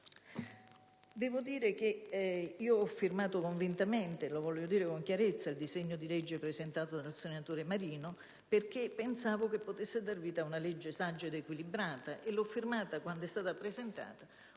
sottolineare che ho firmato convintamente - lo voglio dire con chiarezza - il disegno di legge presentato dal senatore Marino, perché pensavo che potesse dar vita a una legge saggia ed equilibrata; l'ho firmato quando è stato presentato,